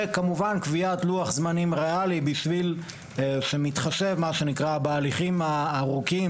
כמובן גם קביעת לוח זמנים ראלי שמתחשב בהליכים הארוכים